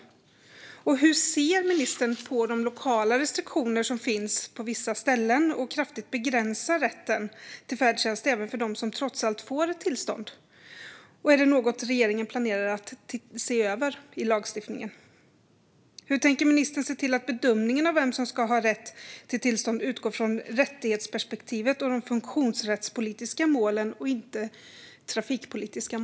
Hur ser ministern på de lokala restriktioner som finns på vissa ställen och som kraftigt begränsar rätten till färdtjänst även för dem som trots allt fått ett tillstånd? Är detta något som regeringen planerar att se över i lagstiftningen? Hur tänker ministern se till att bedömningen av vem som ska ha rätt till tillstånd utgår från rättighetsperspektivet och de funktionsrättspolitiska målen och inte trafikpolitiska mål?